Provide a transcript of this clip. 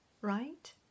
right